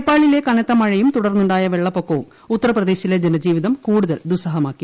നേപ്പാളിലെ കനത്ത മഴയും തുടർന്നുണ്ടായ വെള്ളപ്പൊക്കവും ഉത്തർപ്രദേശിലെ ജനജീവിതം കൂടുതൽ ദുസ്സഹമാക്കി